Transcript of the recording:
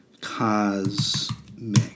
Cosmic